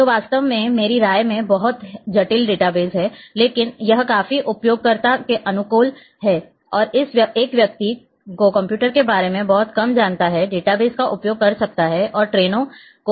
जो वास्तव में मेरी राय में यह बहुत जटिल डेटाबेस है लेकिन यह काफी उपयोगकर्ता के अनुकूल है और एक व्यक्ति जो कंप्यूटर के बारे में बहुत कम जानता है डेटाबेस का उपयोग कर सकता है और ट्रेनों को बुक कर सकता है